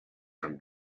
from